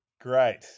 Great